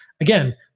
again